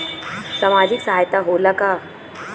सामाजिक सहायता होला का?